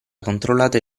controllate